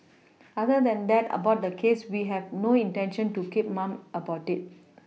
other than that about the case we have no intention to keep mum about it